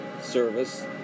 service